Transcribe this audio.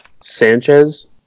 Sanchez